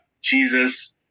Jesus